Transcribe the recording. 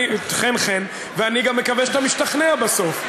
חן חן, ואני גם מקווה שאתה משתכנע בסוף.